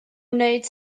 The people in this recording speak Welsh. wneud